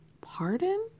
Pardon